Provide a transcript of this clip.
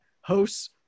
hosts